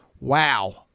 wow